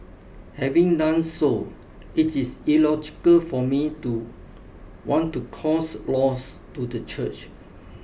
having done so it is illogical for me to want to cause loss to the church